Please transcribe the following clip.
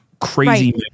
crazy